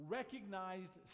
recognized